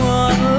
one